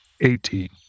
Eighteen